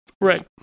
Right